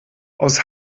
aus